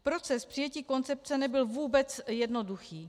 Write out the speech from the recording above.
Proces přijetí konce nebyl vůbec jednoduchý.